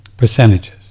Percentages